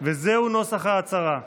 זהו נוסח ההצהרה: